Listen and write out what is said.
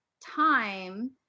time